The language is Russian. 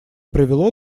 привело